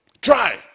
try